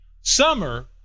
Summer